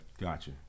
Gotcha